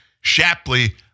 Shapley